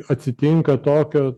atsitinka tokio